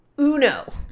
Uno